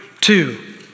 two